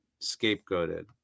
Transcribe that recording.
scapegoated